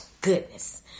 Goodness